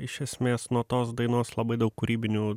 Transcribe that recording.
iš esmės nuo tos dainos labai daug kūrybinių